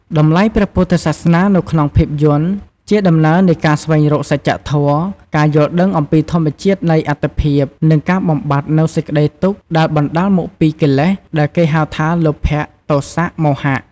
តម្លៃព្រះពុទ្ធសាសនានៅក្នុងភាពយន្ត ជាដំណើរនៃការស្វែងរកសច្ចធម៌ ការយល់ដឹងពីធម្មជាតិនៃអត្ថិភាព និងការបំបាត់នូវសេចក្តីទុក្ខដែលបណ្តាលមកពីកិលេស ដែលគេហៅថា លោភៈ ទោសៈ មោហៈ។